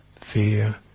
fear